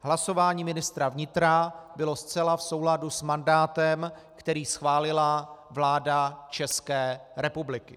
Hlasování ministra vnitra bylo zcela v souladu s mandátem, který schválila vláda České republiky.